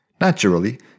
Naturally